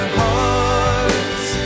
hearts